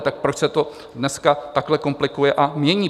Tak proč se to dneska takhle komplikuje a mění?